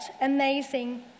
amazing